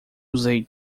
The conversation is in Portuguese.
usei